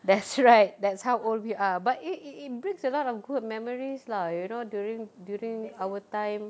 that's right that's how old we are but it it it brings a lot of good memories lah you know during during our time